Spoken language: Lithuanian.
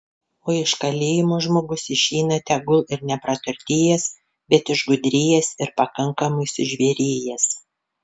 o iš kalėjimo žmogus išeina tegul ir nepraturtėjęs bet išgudrėjęs ir pakankamai sužvėrėjęs